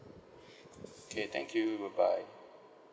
okay thank you bye bye